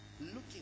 looking